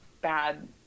bad